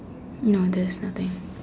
no there's nothing